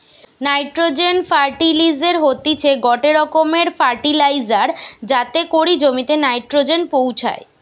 nitrogen ফার্টিলিসের হতিছে গটে রকমের ফার্টিলাইজার যাতে করি জমিতে নাইট্রোজেন পৌঁছায়